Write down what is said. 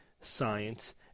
science